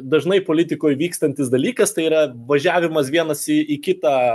dažnai politikoj vykstantis dalykas tai yra važiavimas vienas į į kitą